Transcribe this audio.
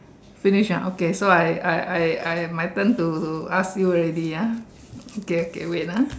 finish ah okay so I I I I my turn to ask you already ah okay okay wait ah